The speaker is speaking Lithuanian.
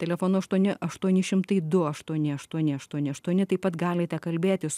telefonu aštuoni aštuoni šimtai du aštuoni aštuoni aštuoni aštuoni taip pat galite kalbėtis